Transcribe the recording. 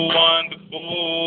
wonderful